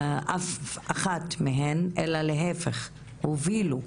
אף אחת מהן, אלא להיפך, הובילו,